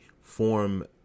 Form